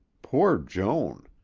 poor joan!